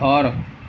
ঘৰ